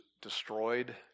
destroyed